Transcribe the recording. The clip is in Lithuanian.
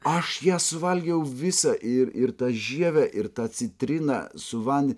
aš ją suvalgiau visą ir ir tą žievę ir tą citriną su van